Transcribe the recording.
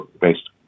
based